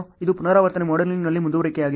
ಇದು ಪುನರಾವರ್ತನೆ ಮಾಡೆಲಿಂಗ್ನಲ್ಲಿ ಮುಂದುವರಿಕೆಯಾಗಿದೆ